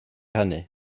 hynny